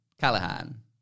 Callahan